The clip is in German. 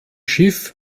schiff